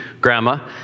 Grandma